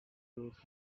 use